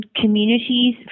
communities